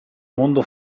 mondo